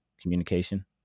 communication